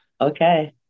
okay